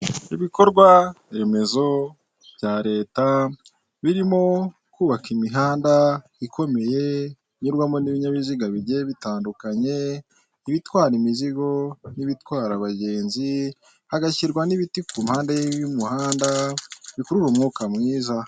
Ibikorwa remezo bya Leta birimo kubaka imihanda ikomeye inyurwamo n'ibinyabiziga bigiye bitandukanye ibitwara imizigo n'ibitwara abagenzi hagashyirwa n'ibiti ku mpande y'umuhanda bikurura umwuka mwiza.